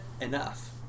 enough